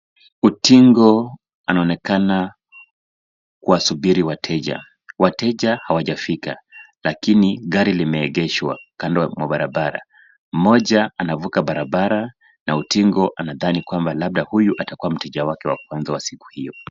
Utingo anaonekana kuwasubiri wateja. Wateja hawajafika lakini gari limeegeshwa kando mwa barabara. Mmoja anavuka barabara na utingo anadhani kwamba labda huyu atakuwa mteja wake wa kwanza wa siku hiyo.